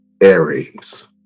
Aries